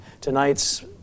Tonight's